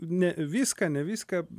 ne viską ne viską